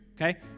okay